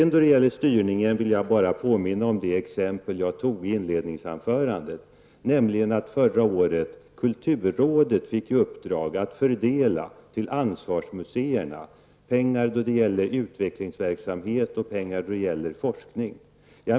När det gäller styrningen vill jag bara påminna om det exempel som jag tog upp i mitt inledningsanförande, nämligen att kulturrådet förra året fick i uppdrag att till ansvarsmuseerna fördela pengar för utvecklingsverksamhet och för forskning.